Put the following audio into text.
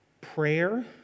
Prayer